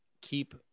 keep